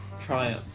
Triumph